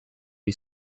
les